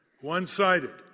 one-sided